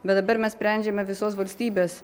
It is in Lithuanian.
bet dabar mes sprendžiame visos valstybės